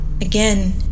again